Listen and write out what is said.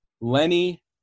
Lenny